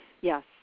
Yes